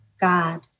God